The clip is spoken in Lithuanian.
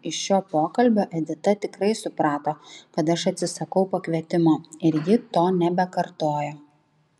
iš šio pokalbio edita tikrai suprato kad aš atsisakau pakvietimo ir ji to nebekartojo